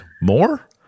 more